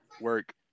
work